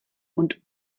und